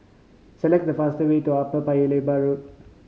select the fast way to Upper Paya Lebar Road